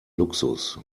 luxus